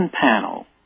panel